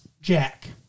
Jack